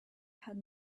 had